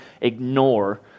ignore